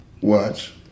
watch